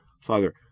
Father